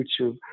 youtube